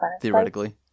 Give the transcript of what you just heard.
theoretically